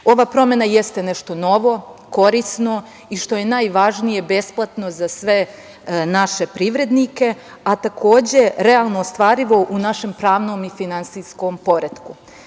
Ova promena jeste nešto novo, korisno i što je najvažnije besplatno za sve naše privrednike, a takođe realno ostvarivo u našem pravnom i finansijskom poretku.